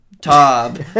Tob